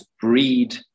breed